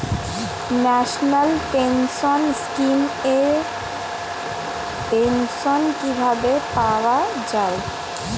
National pension scheme এর pension কিভাবে পাওয়া যায়?